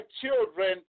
children